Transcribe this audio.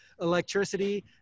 electricity